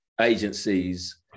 agencies